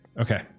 Okay